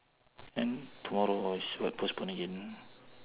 then tomorrow oh is what postpone again